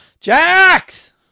Jax